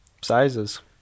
sizes